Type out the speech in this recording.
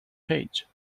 page